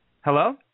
Hello